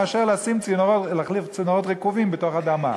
מאשר להחליף צינורות רקובים בתוך האדמה,